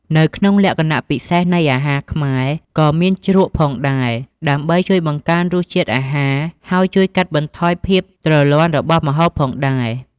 នៅក្នុងលក្ខណៈពិសេសនៃអាហារខ្មែរ ក៏មានជ្រក់ផងដែរ ដើម្បីជួយបង្កើនរសជាតិអាហារ ហើយជួយកាត់បន្ថយភាពទ្រលាន់របស់ម្ហូបផងដែរ។